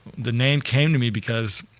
the name came to me because